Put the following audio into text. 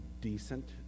decent